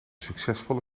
succesvolle